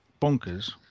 bonkers